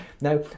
Now